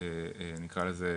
נקרא לזה,